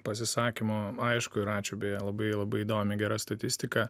pasisakymo aišku ir ačiū beje labai labai įdomi gera statistika